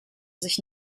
sich